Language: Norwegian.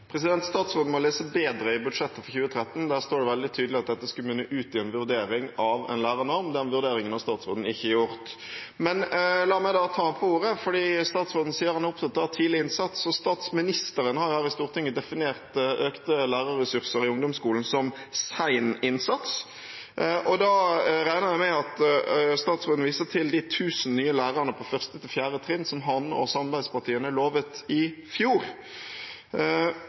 Statsråden må lese bedre i budsjettet for 2013. Der står det veldig tydelig at dette skulle munne ut i en vurdering av en lærernorm. Den vurderingen har statsråden ikke gjort. La meg da ta ham på ordet. Statsråden sier han er opptatt av tidlig innsats, og statsministeren har her i Stortinget definert økte lærerressurser i ungdomsskolen som sen innsats, og da regner jeg med at statsråden viser til de 1 000 nye lærerne på 1.–4. trinn som han og samarbeidspartiene lovet i fjor.